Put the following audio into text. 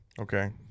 okay